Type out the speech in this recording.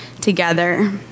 together